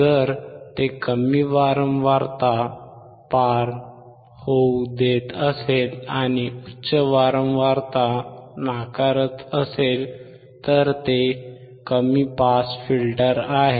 जर ते कमी वारंवारता पार होऊ देत असेल आणि उच्च वारंवारता नाकारत असेल तर ते कमी पास फिल्टर आहे